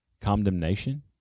condemnation